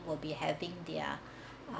well be having their ah